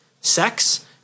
sex